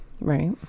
Right